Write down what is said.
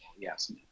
Yes